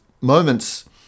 moments